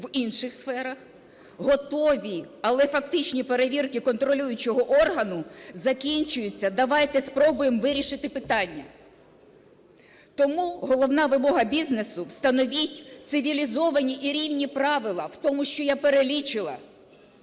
в інших сферах. Готові, але фактичні перевірки контролюючого органу закінчуються: "Давайте спробуємо вирішити питання". Тому головна вимога бізнесу: встановіть цивілізовані і рівні правила в тому, що я перелічила.